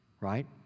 right